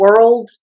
world